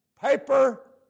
paper